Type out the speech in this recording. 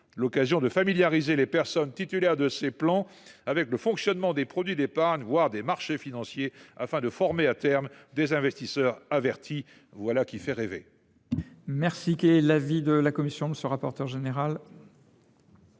l’occasion de familiariser les personnes titulaires de ces plans avec le fonctionnement des produits d’épargne, voire des marchés financiers, afin de former à terme des investisseurs avertis. » Voilà qui fait rêver… Quel est l’avis de la commission ? L’adoption,